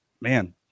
man